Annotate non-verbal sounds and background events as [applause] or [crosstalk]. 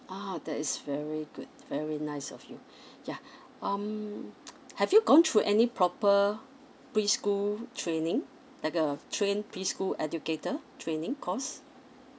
ah that is very good very nice of you yeah um [noise] have you gone through any proper preschool training like uh train preschool educator training course